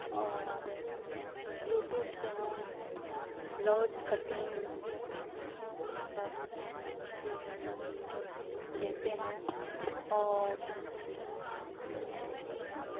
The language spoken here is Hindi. और यूटूब से हम ब्लौज कटिन सब सीख लेते हैं और